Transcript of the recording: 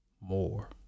more